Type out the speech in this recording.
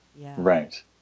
right